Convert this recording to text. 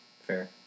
Fair